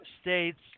states